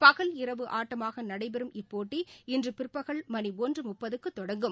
பகல் இரவு ஆட்டமாகநடைபெறும் இப்போட்டி இன்றுபிற்பகல் மணிஒன்றுமுப்பதுக்குதொடங்கும்